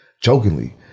jokingly